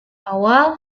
awal